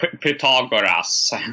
Pythagoras